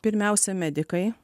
pirmiausia medikai